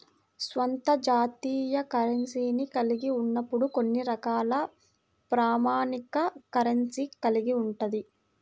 స్వంత జాతీయ కరెన్సీని కలిగి ఉన్నప్పుడు కొన్ని రకాల ప్రామాణిక కరెన్సీని కలిగి ఉంటది